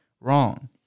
wrong